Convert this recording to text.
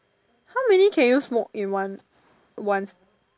how many can you smoke in one one